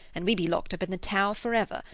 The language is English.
and we be locked up in the tower for ever,